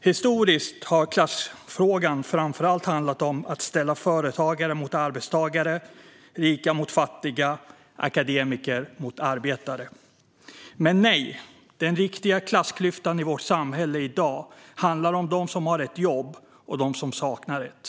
Historiskt har klassfrågan framför allt handlat om att ställa företagare mot arbetstagare, rika mot fattiga och akademiker mot arbetare. Men den riktiga klassklyftan i vårt samhälle i dag går mellan dem som har ett jobb och dem som saknar ett.